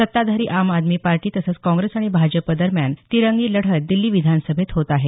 सत्ताधारी आम आदमी पार्टी तसंच काँग्रेस आणि भाजप दरम्यान तिरंगी लढत दिल्ली विधानसभेत होत आहे